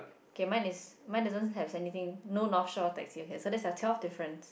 K mine is mine doesn't have anything no North Shore taxi okay so that's our twelve difference